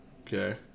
Okay